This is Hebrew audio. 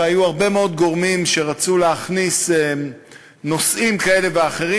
והיו הרבה מאוד גורמים שרצו להכניס נושאים כאלה ואחרים,